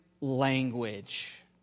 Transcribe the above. language